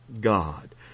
God